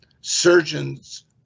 surgeons